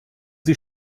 sie